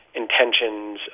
intentions